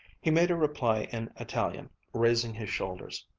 he made a reply in italian, raising his shoulders.